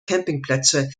campingplätze